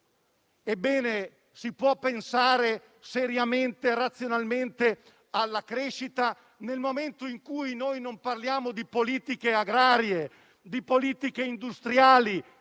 Ebbene si può pensare seriamente e razionalmente alla crescita, nel momento in cui non parliamo di politiche agrarie e di politiche industriali